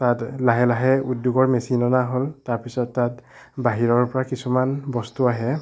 তাত লাহে লাহে উদ্যাগৰ মেচিন অনা হ'ল তাৰ পিছত তাত বাহিৰৰ পৰা কিছুমান বস্তু আহে